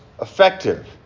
effective